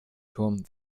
turm